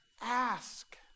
Ask